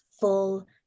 full